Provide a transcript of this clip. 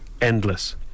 endless